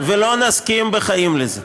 ולא נסכים בחיים לזה.